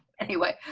anyway,